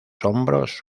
hombros